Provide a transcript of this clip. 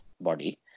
body